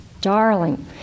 darling